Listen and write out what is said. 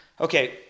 Okay